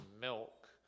milk